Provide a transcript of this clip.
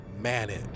manage